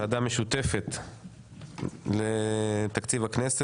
אני מתכבד לפתוח את ישיבת הוועדה המשותפת של ועדת הכנסת